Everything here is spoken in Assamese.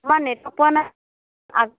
তোমাৰ নেটৱৰ্ক পোৱা নাই